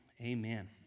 amen